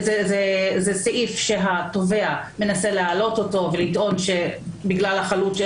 סעיף שהתובע מנסה להעלות אותו ולטעון שבגלל החלות של